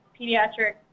pediatric